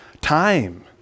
time